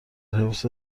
حفظ